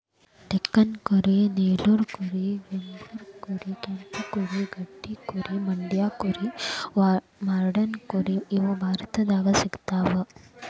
ಡೆಕ್ಕನಿ ಕುರಿ ನೆಲ್ಲೂರು ಕುರಿ ವೆಂಬೂರ್ ಕುರಿ ಕೆಂಪು ಕುರಿ ಗಡ್ಡಿ ಕುರಿ ಮಂಡ್ಯ ಕುರಿ ಮಾರ್ವಾಡಿ ಕುರಿ ಇವು ಭಾರತದಾಗ ಸಿಗ್ತಾವ